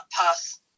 pass